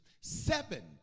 Seven